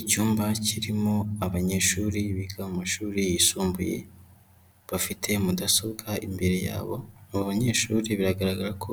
Icyumba kirimo abanyeshuri biga mu mashuri yisumbuye, bafite mudasobwa imbere yabo. Abo banyeshuri biragaragara ko